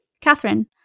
Catherine